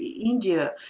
India